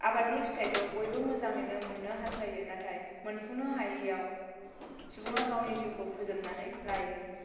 आबादनि फिथाइखौ बयबो मोजाङैनो मोननो हासथायो नाथाय मोनफुंनो हायैआव सुबुङा गावनि जिउखौ फोजोबनानै लायो